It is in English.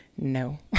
no